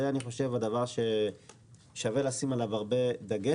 זה אני חושב שהוא דבר ששווה לשים עליו הרבה דגש,